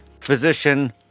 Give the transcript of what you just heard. physician